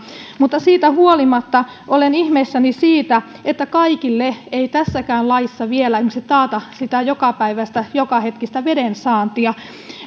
mutta siitä huolimatta olen ihmeissäni siitä että kaikille ei vielä tässäkään laissa esimerkiksi taata jokapäiväistä jokahetkistä veden saantia